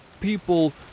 people